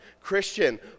Christian